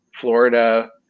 Florida